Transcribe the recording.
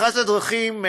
אחת הדרכים,